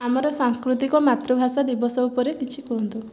ଆମର ସାଂସ୍କୃତିକ ମାତୃଭାଷା ଦିବସ ଉପରେ କିଛି କୁହନ୍ତୁ